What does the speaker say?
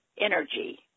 energy